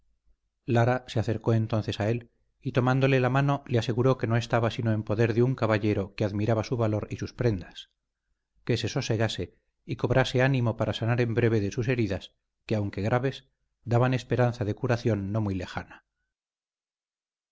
lara se acercó entonces a él y tomándole la mano le aseguró que no estaba sino en poder de un caballero que admiraba su valor y sus prendas que se sosegase y cobrase ánimo para sanar en breve de sus heridas que aunque graves daban esperanza de curación no muy lejana